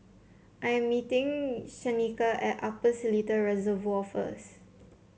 I am meeting Shanika at Upper Seletar Reservoir first